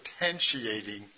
potentiating